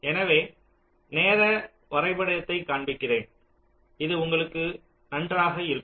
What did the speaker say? எனவே நேர வரைபடத்தைக் காண்பிக்கிறேன் இது உங்களுக்கு நன்றாக இருக்கும்